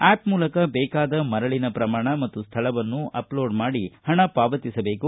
app ಮೂಲಕ ಬೇಕಾದ ಮರಳಿನ ಪ್ರಮಾಣ ಮತ್ತು ಸ್ಥಳವನ್ನು ಅಪ್ಲೋಡ್ ಮಾಡಿ ಹಣ ಸಲ್ಲಿಸಬೇಕು